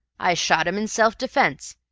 i shot him in self-defence.